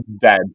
dead